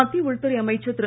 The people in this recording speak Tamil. மத்திய உள்துறை அமைச்சர் திரு